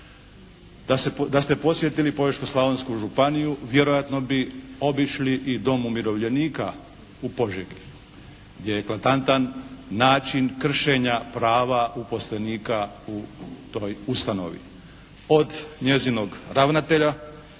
Da ste posjetili Požeško-slavonsku županiju vjerojatno bi obišli i Dom umirovljenika u Požegi gdje je eklatantan način kršenja prava uposlenika u toj ustanovi, od njezinog ravnatelja